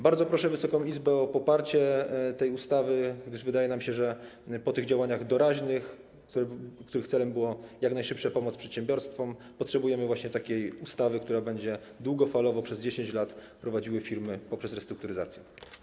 Bardzo proszę Wysoką Izbę o poparcie tej ustawy, gdyż wydaje nam się, że po tych działaniach doraźnych, których celem była jak najszybsza pomoc przedsiębiorstwom, potrzebujemy właśnie takiej ustawy, która będzie długofalowo, przez 10 lat prowadziła firmy poprzez restrukturyzację.